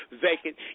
vacant